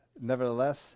Nevertheless